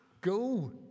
Go